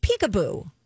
Peekaboo